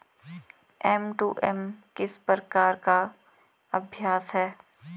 M to M किस प्रकार का अभ्यास है?